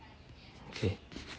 okay